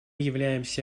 являемся